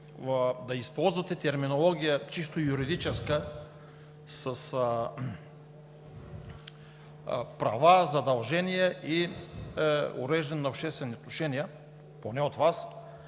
да използвате терминология чисто юридическа – с права, задължения и уреждане на обществени отношения. Поне от Вас!